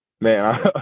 man